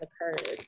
occurred